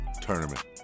Tournament